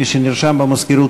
מי שנרשם במזכירות,